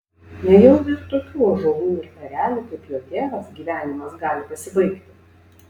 nejaugi ir tokių ąžuolų ir erelių kaip jo tėvas gyvenimas gali pasibaigti